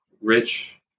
rich